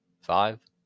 five